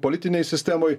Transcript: politinėj sistemoj